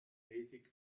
mäßig